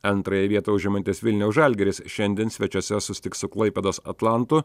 antrąją vietą užimantis vilniaus žalgiris šiandien svečiuose susitiks su klaipėdos atlantu